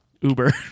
Uber